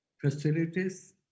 facilities